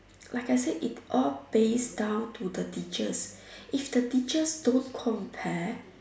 like I said it's all based down to the teachers if the teachers don't compare